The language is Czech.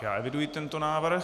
Já eviduji tento návrh.